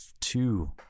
two